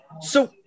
So-